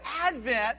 Advent